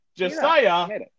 Josiah